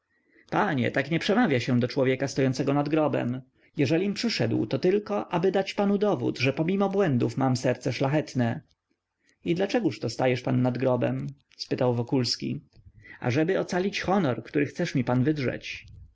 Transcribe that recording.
gotowości panie tak nie przemawia się do człowieka stojącego nad grobem jeżelim przyszedł to tylko ażeby dać panu dowód że pomimo błędów mam serce szlachetne i dlaczegóż to stajesz pan nad grobem spytał wokulski ażeby ocalić honor który chcesz mi pan wydrzeć